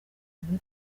muri